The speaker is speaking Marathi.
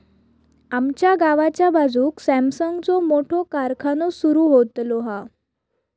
आमच्या गावाच्या बाजूक सॅमसंगचो मोठो कारखानो सुरु होतलो हा